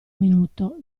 minuto